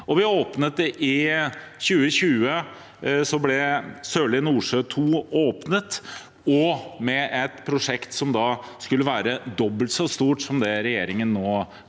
I 2020 ble Sørlige Nordsjø II åpnet, med et prosjekt som skulle være dobbelt så stort som det regjeringen nå